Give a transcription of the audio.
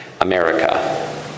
America